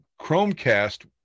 Chromecast